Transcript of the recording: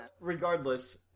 regardless